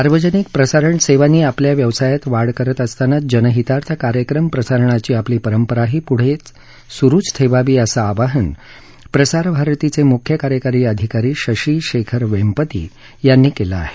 सार्वजनिक प्रसारण सेवांनी आपल्या व्यवसायात वाढ करत असतानाच जनहितार्थ कार्यक्रम प्रसारणाची आपली परंपराही पूढे सुरूच ठेवावी असं आवाहन प्रसार भारतीचे मुख्य कार्यकारी अधिकारी शशी शेखर वेंपती यांनी केलं आहे